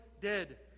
dead